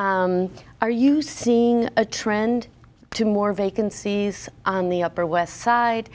are you seeing a trend to more vacancies on the upper west side